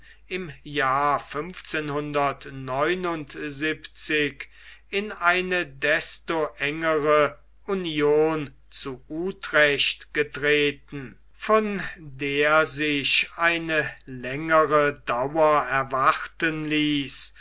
im jahre in eine desto engere union zu utrecht getreten von der sich eine längere dauer erwarten ließ